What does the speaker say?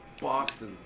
boxes